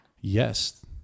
Yes